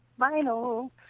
vinyl